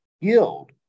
guild